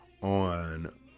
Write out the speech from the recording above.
on